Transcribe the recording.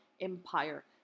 Empire